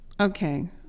Okay